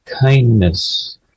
kindness